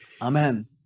amen